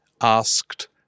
asked